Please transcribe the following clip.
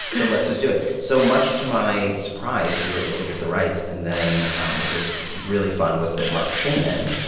let's just do it. so much to my surprise, we were able to get the rights. and then um which was really fun was that marc shaiman,